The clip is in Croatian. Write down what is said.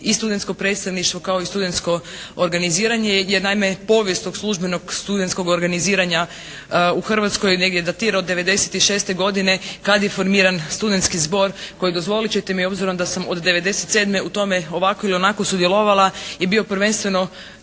i studentsko predstavništvo kao i studentsko organiziranje jer naime povijesnog službenog studentskog organiziranja u Hrvatskoj negdje datira od 1996. godine kad je formiran Studentski zbor koji dozvolit ćete mi obzirom da sam od 1997. u tome ovako ili onako sudjelovala je bio prvenstveno